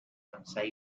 kansai